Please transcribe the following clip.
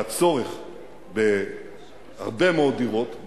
והיה צורך בהרבה מאוד דירות,